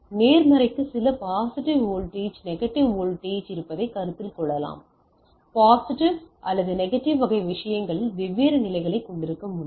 நேர்மறைக்கு சில positive voltage negative voltage இருப்பதை கருத்தில் கொள்ளலாம் பாசிட்டிவ் அல்லது நெகட்டிவ் வகை விஷயங்களில் வெவ்வேறு நிலைகளைக் கொண்டிருக்க முடியும்